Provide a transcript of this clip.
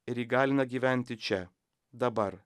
ir įgalina gyventi čia dabar